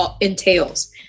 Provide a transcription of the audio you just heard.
entails